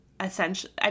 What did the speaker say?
essentially